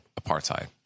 apartheid